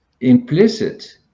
implicit